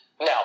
Now